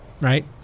right